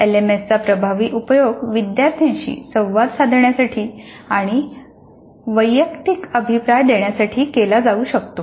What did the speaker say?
एलएमएसचा प्रभावी उपयोग विद्यार्थ्यांशी संवाद साधण्यासाठी आणि वैयक्तिकृत अभिप्राय देण्यासाठी केला जाऊ शकतो